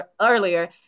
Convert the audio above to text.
earlier